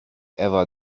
ever